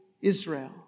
Israel